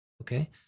Okay